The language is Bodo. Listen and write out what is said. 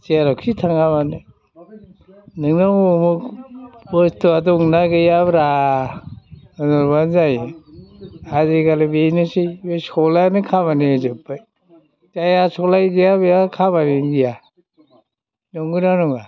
जेरावखि थाङामानो नोंनाव उमुख बुस्थुआ दंना गैयाब्रा होनहरबानो जायो आजिखालि बेनोसै बे सलानो खामानि होजोब्बाय बे सलाय गैया बेयाव खामानियानो गैया नंगौना नङा